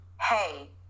hey